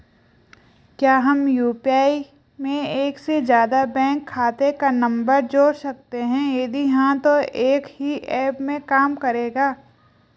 क्या हम यु.पी.आई में एक से ज़्यादा बैंक खाते का नम्बर जोड़ सकते हैं यदि हाँ तो एक ही ऐप में काम करेगा?